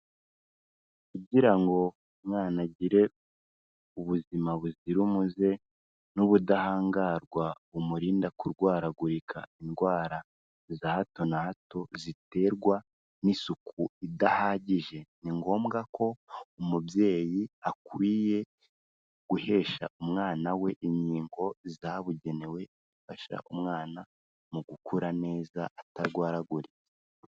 Kugira ngo umwana agire ubuzima buzira umuze n'ubudahangarwa bumurinda kurwaragurika indwara za hato na hato ziterwa n'isuku idahagije. Ni ngombwa ko umubyeyi akwiye guhesha umwana we inkingo zabugenewe, bifasha umwana mu gukura neza atarwaragurika.